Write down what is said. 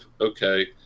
okay